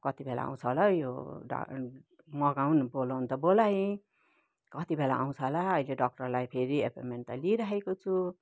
कतिबेला आउँछ होला हौ यो डा मगाउन बोलाउनु त बोलाएँ कतिबेला आउँछ होला अहिले डक्टरलाई फेरि एपोइन्टमेन्ट त लिइराखेको छु